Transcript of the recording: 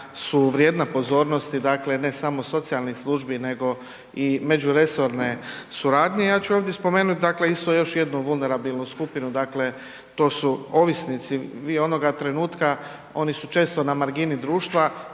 su vrijedna pozornosti dakle ne samo socijalnih službi nego i međuresorne suradnje. Ja ću ovdje spomenuti dakle isto još jednu vulnerabilnu skupinu dakle to su ovisnici. Vi onoga trenutka, oni su često na margini društva